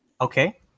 Okay